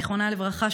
זיכרונה לברכה,